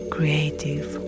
Creative